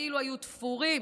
כאילו היו תפורים